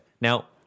Now